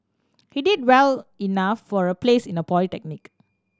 he did well enough for a place in a polytechnic